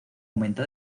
aumenta